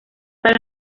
para